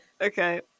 okay